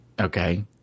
Okay